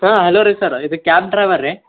ಹಾಂ ಹಲೋ ರೀ ಸರ್ರ ಇದು ಕ್ಯಾಬ್ ಡ್ರೈವರ್ ರೀ